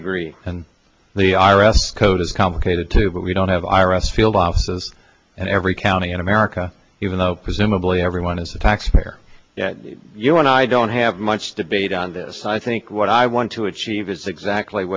agree and the i r s code is complicated too but we don't have iris field offices in every county in america even though presumably everyone is a taxpayer you know when i don't have much debate on this i think what i want to achieve it's exactly